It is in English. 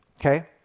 okay